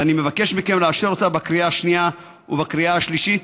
ואני מבקש מכם לאשר אותה בקריאה השנייה ובקריאה השלישית.